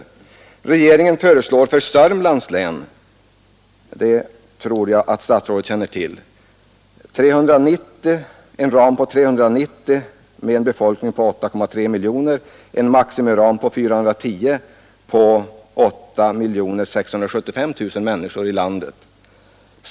För Sörmlands del föreslår regeringen — det tror jag statsrådet känner till — en ram på 390 000 vid en befolkning i landet på 8,3 miljoner och en maximiram på 410 000 vid en befolkning på 8 675 000 i landet.